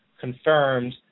confirmed